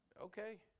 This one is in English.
Okay